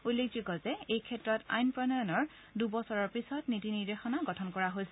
উল্লেখযোগ্য যে এই ক্ষেত্ৰত আইন প্ৰণয়নৰ দুবছৰৰ পিছত নীতি নিৰ্দেশনা গঠন কৰা হৈছে